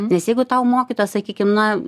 nes jeigu tau mokytojas sakykim na